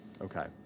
Okay